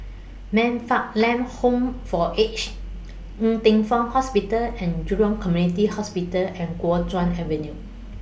Man Fatt Lam Home For Aged Ng Teng Fong Hospital and Jurong Community Hospital and Kuo Chuan Avenue